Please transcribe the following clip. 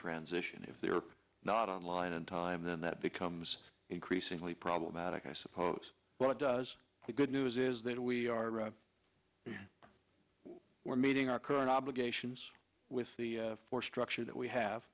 transition if they're not online in time then that becomes increasingly problematic i suppose what it does the good news is that we are we're meeting our current obligations with the force structure that we have